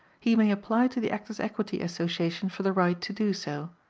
he may apply to the actors' equity association for the right to do so.